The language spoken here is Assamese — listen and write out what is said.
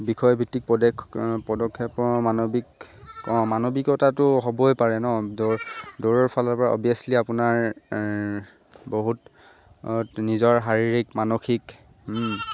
বিষয়ভিত্তিক পদক্ষ পদক্ষেপ মানৱিক অঁ মানৱিকতাটো হ'বই পাৰে ন দৌৰ দৌৰৰফালৰপৰা অভিয়াছলি আপোনাৰ বহুত নিজৰ শাৰীৰিক মানসিক